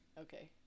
Okay